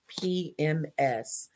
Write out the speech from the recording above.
PMS